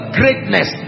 greatness